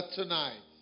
tonight